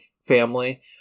family